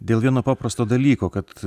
dėl vieno paprasto dalyko kad